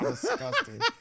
disgusting